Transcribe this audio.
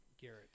Garrett